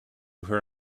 her